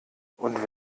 und